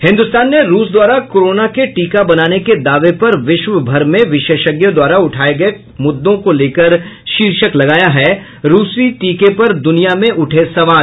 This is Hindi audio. हिन्दुस्तान ने रूस द्वारा कोरोना के टीका बनाने के दावे पर विश्वभर में विशेषज्ञों द्वारा उठाये गये मुद्दों को लेकर शीर्षक लगाया है रूसी टीके पर दुनिया में उठे सवाल